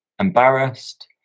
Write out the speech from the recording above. embarrassed